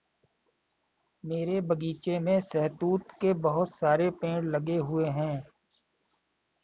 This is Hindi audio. मेरे बगीचे में शहतूत के बहुत सारे पेड़ लगे हुए हैं